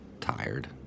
tired